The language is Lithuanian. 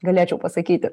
galėčiau pasakyti